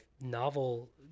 novel